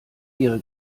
ihre